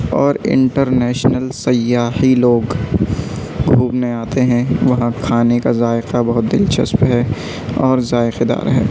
اور international سیاحی لوگ گھومنے آتے ہیں وہاں کھانے کا ذائقہ بہت دلچسپ ہے اور ذائقےدار ہے